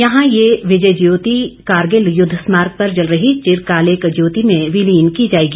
यहां ये विजय ज्याति कारगिल युद्ध स्मारक पर जल रही चिरकालिक ज्योति में विलीन की जाएगी